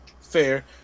Fair